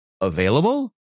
available